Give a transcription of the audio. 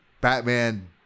Batman